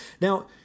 Now